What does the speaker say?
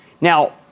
Now